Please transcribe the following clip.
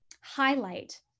highlight